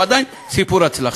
והוא עדיין סיפור הצלחה.